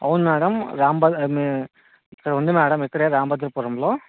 అవును మ్యాడమ్ రాంబద్ మీ ఇక్కడ ఉంది మ్యాడమ్ ఇక్కడే రామభద్రపురంలో